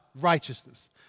righteousness